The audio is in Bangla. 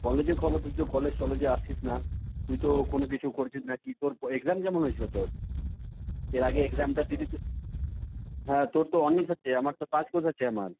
কলেজের খবর তুই তো কলেজ টলেজে আসছিস না তুই তো কোনো কিছু করছিস না কী তোর এক্সাম কেমন হয়েছিলো তোর এর আগে এক্সামটা দিলি তো হ্যাঁ তোর তো অনার্স আছে আমার তো পাস কোর্স আছে আমার